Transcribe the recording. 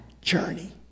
journey